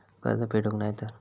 कर्ज फेडूक नाय तर?